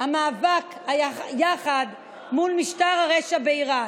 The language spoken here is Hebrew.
במאבק מול משטר הרשע באיראן.